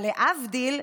אבל להבדיל,